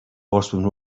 horseman